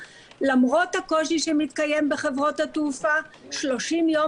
למרות הקושי שמתקיים בחברות התעופה 30 יום